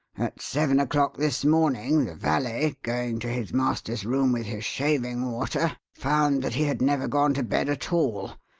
at seven o'clock this morning the valet, going to his master's room with his shaving-water, found that he had never gone to bed at all,